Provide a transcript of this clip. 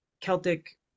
Celtic